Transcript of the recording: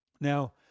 Now